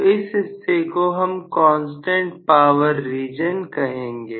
तो इस हिस्से को हम कांस्टेंट पावर रीजन कहेंगे